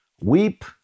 Weep